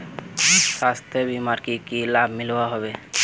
स्वास्थ्य बीमार की की लाभ मिलोहो होबे?